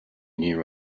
new